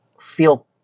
feel